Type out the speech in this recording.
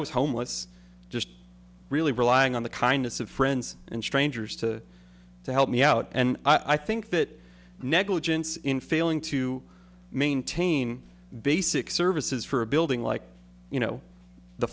was homeless just really relying on the kindness of friends and strangers to to help me out and i think that negligence in failing to maintain basic services for a building like you know the